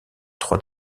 trois